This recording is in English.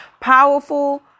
powerful